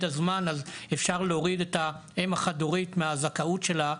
הזמן אז אפשר להוריד את האם החד-הורית מהזכאות שלה,